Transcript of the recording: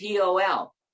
POL